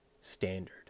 standard